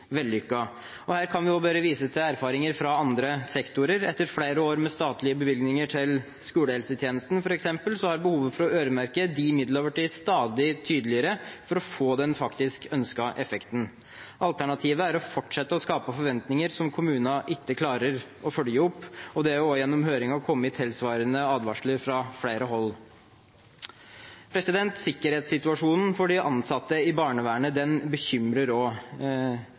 bli vellykket. Her kan vi også vise til erfaringer fra andre sektorer. Etter flere år med statlige bevilgninger til skolehelsetjenesten, f.eks., har behovet for å øremerke de midlene blitt stadig tydeligere, for faktisk å få den ønskede effekten. Alternativet er å fortsette å skape forventninger som kommunene ikke klarer å følge opp. Det har også gjennom høringen kommet tilsvarende advarsler fra flere hold. Sikkerhetssituasjonen for de ansatte i barnevernet